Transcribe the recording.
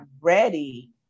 ready